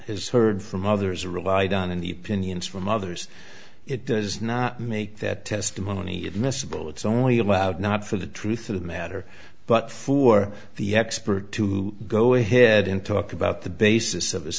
has heard from others relied on in the pinions from others it does not make that testimony admissible it's only allowed not for the truth of the matter but for the expert to go ahead and talk about the basis of this